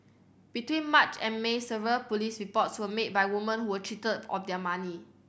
between March and May several police reports were made by woman who were cheated of their money